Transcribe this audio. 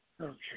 Okay